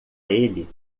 ele